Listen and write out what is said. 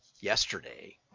yesterday